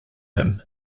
him